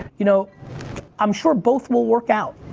you know i'm sure both will work out.